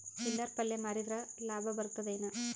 ಚಿಲ್ಲರ್ ಪಲ್ಯ ಮಾರಿದ್ರ ಲಾಭ ಬರತದ ಏನು?